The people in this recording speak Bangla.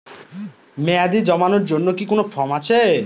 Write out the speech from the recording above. মেয়াদী জমানোর জন্য কি কোন ফর্ম আছে?